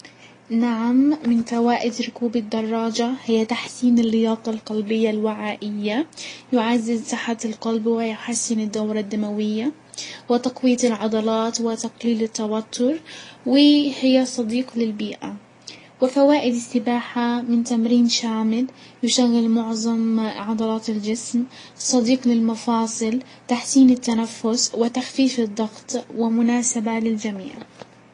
نعم من فوائد ركوب الدراجة هي تحسين اللياقة القلبية الوعائية، يعزز صحة القلب، ويحسن الدورة الدموية، وتقوية العضلات، وتقليل التوتر، وهي صديق للبيئة، وفوائد السباحة من تمرين شامل يشغل معزم عضلات الجسمن صديق للمفاصل تحسين التنفس، وتخفيف الضغط، ومناسبة للجميع.